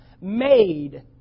made